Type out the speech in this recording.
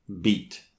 Beat